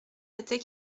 était